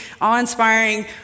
awe-inspiring